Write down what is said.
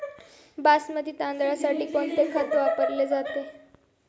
बासमती तांदळासाठी कोणते खत वापरले जाते?